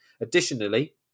additionally